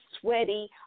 sweaty